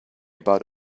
about